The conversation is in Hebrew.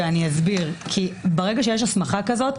אסביר: ברגע שיש הסמכה כזאת,